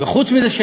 וחוץ מזה,